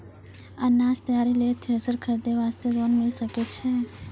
अनाज तैयारी लेल थ्रेसर खरीदे वास्ते लोन मिले सकय छै?